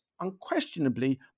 unquestionably